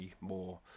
more